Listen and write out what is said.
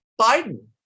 biden